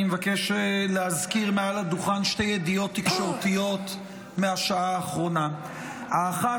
אני מבקש להזכיר מעל הדוכן שתי ידיעות תקשורתיות מהשעה האחרונה: האחת,